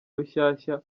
rushyashya